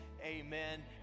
amen